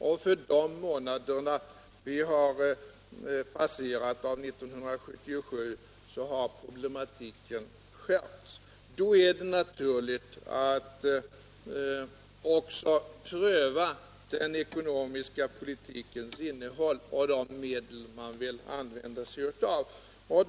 Under de månader som har gått av 1977 har problematiken skärpts. Då är det naturligt att också pröva den ekonomiska politikens innehåll och de medel man vill använda sig av.